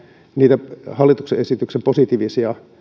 niitä hallituksen esityksen positiivisia